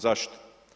Zašto?